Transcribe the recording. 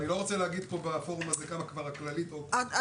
אני לא רוצה להגיד פה בפורום הזה כמה כבר הכללית הוציאו.